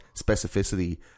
specificity